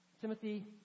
Timothy